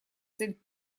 цель